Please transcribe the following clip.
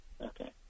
okay